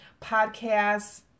Podcasts